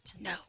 No